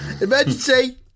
Emergency